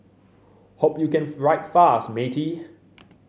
hope you can write fast matey